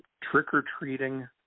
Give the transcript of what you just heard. trick-or-treating